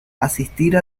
asistir